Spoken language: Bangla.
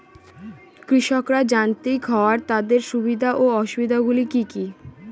কৃষকরা যান্ত্রিক হওয়ার তাদের সুবিধা ও অসুবিধা গুলি কি কি?